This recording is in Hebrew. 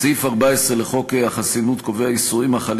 סעיף 14 לחוק החסינות קובע איסורים החלים